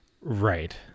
right